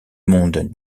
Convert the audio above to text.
monde